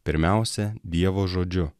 pirmiausia dievo žodžiu